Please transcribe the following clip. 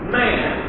man